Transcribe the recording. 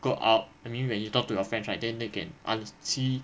go out I mean when you talk to your friends right then they can un~ see